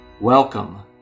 Welcome